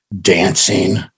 dancing